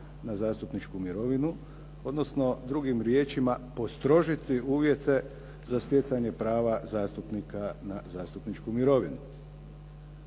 na zastupničku mirovinu, odnosn drugim riječima postrožiti uvjete za stjecanje prava zastupnika na zastupničku mirovinu.